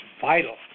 vital